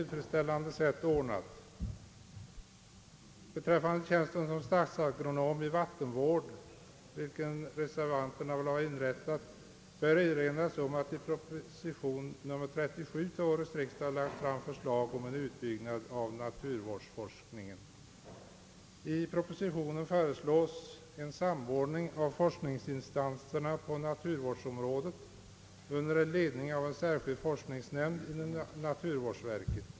Beträffande tjänsten som statsagronom i vattenvård, vilken reservanterna vill ha inrättad, bör erinras om att i proposition nr 37 till årets riksdag lagts fram förslag om utbyggnad av naturvårdsforskningen. I propositionen före slås en samordning av forskningsinsatserna på naturvårdsområdet under ledning av en särskild forskningsnämnd inom naturvårdsverket.